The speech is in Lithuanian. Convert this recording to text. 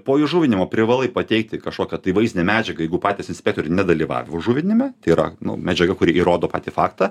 po įžuvinimo privalai pateikti kažkokią tai vaizdinę medžiagą jeigu patys inspektoriai nedalyvavo žuvinime tai yra medžiaga kuri įrodo patį faktą